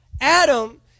Adam